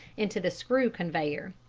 into the screw conveyor.